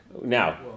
Now